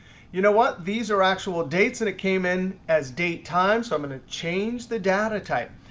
you know what? these are actual dates, and it came in as date time. so i'm going to change the data type.